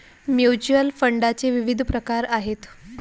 mutual फंडाचे विविध प्रकार आहेत